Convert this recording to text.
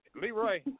Leroy